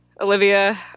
Olivia